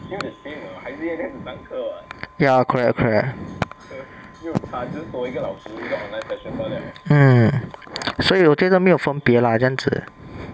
ya correct correct hmm 所以我觉得没有分别 lah 这样子